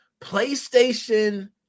PlayStation